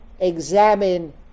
examine